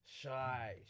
Shy